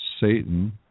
Satan